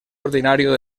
ordinario